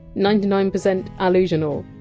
ninety nine percent allusional.